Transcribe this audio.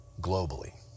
globally